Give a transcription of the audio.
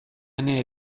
ane